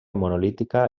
monolítica